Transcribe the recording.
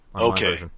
okay